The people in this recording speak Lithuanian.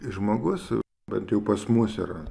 žmogus bent jau pas mus yra